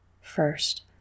First